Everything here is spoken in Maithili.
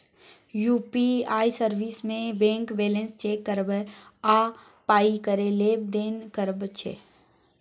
यु.पी.आइ सर्विस मे बैंक बैलेंस चेक करब आ पाइ केर लेब देब करब छै